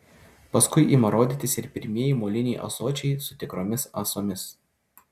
paskui ima rodytis ir pirmieji moliniai ąsočiai su tikromis ąsomis